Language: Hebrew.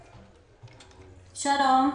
שלום,